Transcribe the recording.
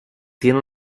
tiene